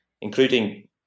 including